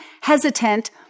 hesitant